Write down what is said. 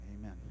Amen